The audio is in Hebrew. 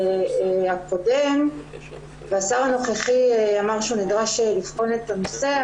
הקודם והשר הנוכחי אמר שהוא נדרש לבחון את הנושא.